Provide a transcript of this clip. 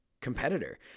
competitor